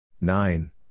Nine